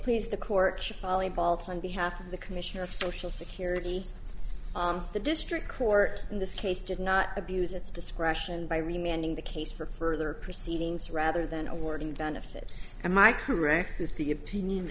please the court volleyball it's on behalf of the commissioner of social security the district court in this case did not abuse its discretion by remaining the case for further proceedings rather than awarding benefits am i correct with the opinion